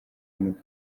hamon